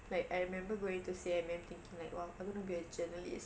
like I remember going to C_N_N thinking like !wah! I'm going to be a journalist